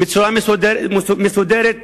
בצורה מסודרת,